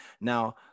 now